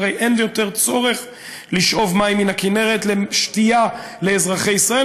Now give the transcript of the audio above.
הרי אין יותר צורך לשאוב מים מן הכנרת לשתייה לאזרחי ישראל,